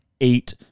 eight